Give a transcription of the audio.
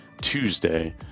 Tuesday